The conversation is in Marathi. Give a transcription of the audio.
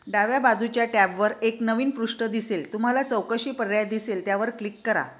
डाव्या बाजूच्या टॅबवर एक नवीन पृष्ठ दिसेल तुम्हाला चौकशी पर्याय दिसेल त्यावर क्लिक करा